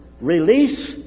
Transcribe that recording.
release